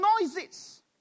noises